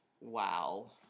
Wow